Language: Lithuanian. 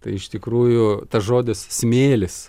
tai iš tikrųjų tas žodis smėlis